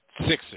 Sixers